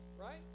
right